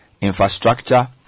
infrastructure